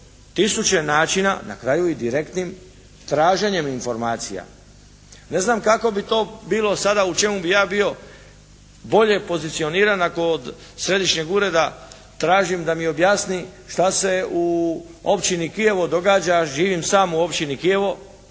tisuće načina na kraju i direktnim traženjem informacija. Ne znam kako bi to bilo sada u čemu bi ja bio bolje pozicioniran ako od središnjeg ureda tražim da mi objasni šta se je u Općini Kijevo događa, živi sam u Općini Kijevo